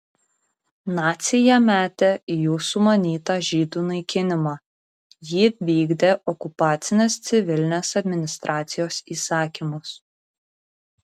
naciai ją metė į jų sumanytą žydų naikinimą ji vykdė okupacinės civilinės administracijos įsakymus